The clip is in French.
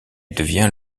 devient